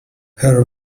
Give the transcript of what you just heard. her